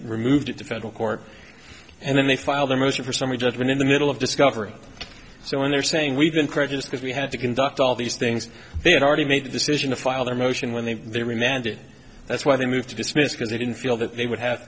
removed it to federal court and then they filed a motion for summary judgment in the middle of discovery so when they're saying we've been courageous because we had to conduct all these things they had already made the decision to file their motion when they remanded that's why they moved to dismiss because they didn't feel that they would have